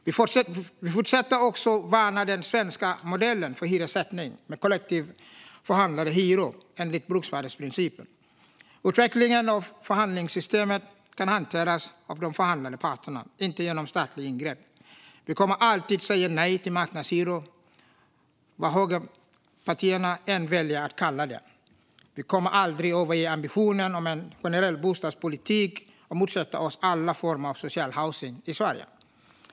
Vi fortsätter också att värna den svenska modellen för hyressättning, med kollektivt förhandlade hyror enligt bruksvärdesprincipen. Utvecklingen av förhandlingssystemet ska hanteras av de förhandlande parterna, inte genom statliga ingrepp. Vi kommer alltid att säga nej till marknadshyror vad högerpartierna än väljer att kalla det. Vi kommer aldrig att överge ambitionen om en generell bostadspolitik och motsätter oss alla former av social housing i Sverige.